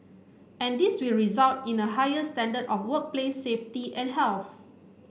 and this will result in a higher standard of workplace safety and health